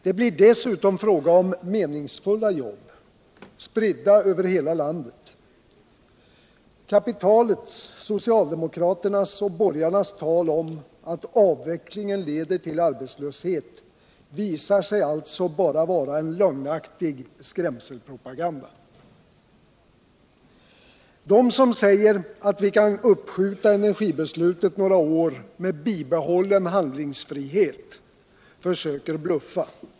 Det blir dessutom fråga om meningsfulla jobb spridda över hela landet. Kapitalets, socialdemokraternas och borgarnas tal om att avvecklingen leder till arbetslöshet visar sig alltså bara vara en lögnaktig skrämselpropaganda. De som säger att vi kan uppskjuta energibeslutet några år med bibehållen ”handlingsfrihet” försöker bluffa.